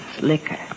liquor